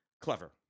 clever